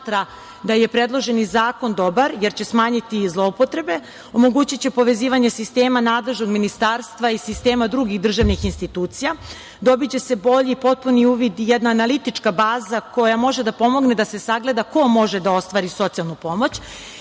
da je predloženi zakon dobar, jer će smanjiti zloupotrebe, omogućiće povezivanje sistema nadležnog ministarstva i sistema drugih državnih institucija. Dobiće se bolji, potpuni uvid i jedna analitička baza koja može da pomogne da se sagleda ko može da ostvari socijalnu pomoć. Vrlo